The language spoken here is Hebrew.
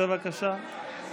בבקשה.